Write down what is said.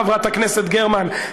חברת הכנסת גרמן,